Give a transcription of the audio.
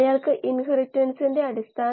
അതിനാൽ അവ വേഗത ഗ്രേഡിയന്റുകളാണ്